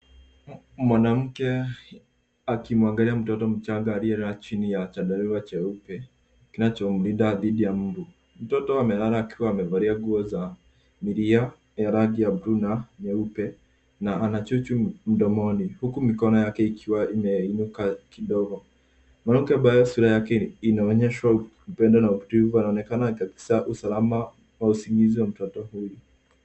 Mwanamke akimwangalia mtoto mchanga aliyelala chini ya chandarua cheupe kinachomlinda thidi ya mbu. Mtoto amelala akiwa amevalia nguo za milia ya rangi ya bluu na nyeupe na ana chuchu mdomoni huku mikono yake ikiwa imeinuka kidogo. Mwanamke ambaye sura yake inaonyesha upendo na utulivu anaonekana katika usalama wa usingizi wa mtoto huyu.